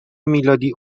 میلادی